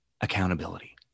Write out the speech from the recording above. Accountability